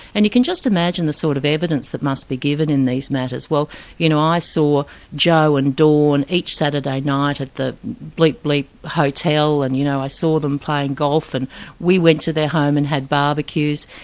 and you can just imagine the sort of evidence that must be given in these matters. well you know, i saw joe and dawn each saturday at the bleep-bleep hotel and you know i saw them playing golf, and we went to their home and had barbecues.